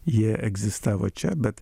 jie egzistavo čia bet